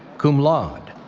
cum laude.